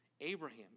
Abraham